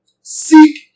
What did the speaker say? Seek